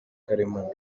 karemano